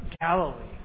Galilee